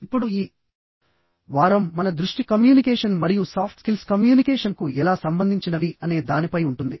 ఇప్పుడు ఈ వారం మన దృష్టి కమ్యూనికేషన్ మరియు సాఫ్ట్ స్కిల్స్ కమ్యూనికేషన్కు ఎలా సంబంధించినవి అనే దానిపై ఉంటుంది